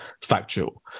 factual